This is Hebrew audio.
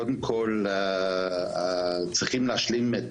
קודם כל, צריכים להשלים את